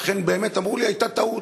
ואכן, באמת אמרו לי: הייתה טעות.